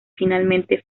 finalmente